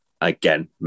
again